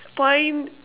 point